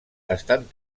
estan